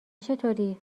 چطوری